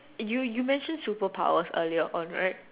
you you mention super powers earlier on right